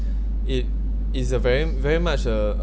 it it's a very very much uh